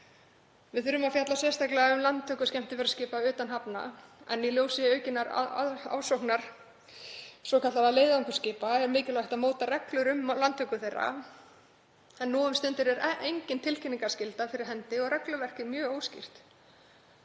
Við þurfum að fjalla sérstaklega um landtöku skemmtiferðaskipa utan hafna en í ljósi aukinnar ásóknar svokallaðra leiðangursskipa er mikilvægt að móta reglur um landgöngu þeirra. Nú um stundir er engin tilkynningarskylda fyrir hendi og regluverk mjög óskýrt